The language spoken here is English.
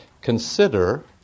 consider